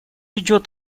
идет